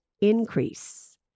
increase